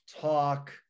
talk